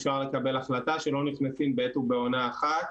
אפשר לקבל החלטה שלא נכנסים בעת ובעונה אחת,